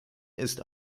ist